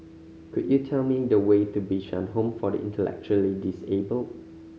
could you tell me the way to Bishan Home for the Intellectually Disable